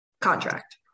contract